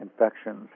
infections